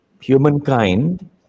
humankind